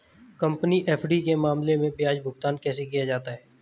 Company FD के मामले में ब्याज भुगतान कैसे किया जाता है?